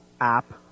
app